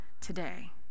today